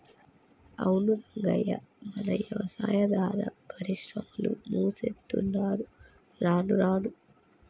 అవును రంగయ్య మన యవసాయాదార పరిశ్రమలు మూసేత్తున్నరు రానురాను